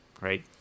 right